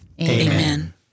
Amen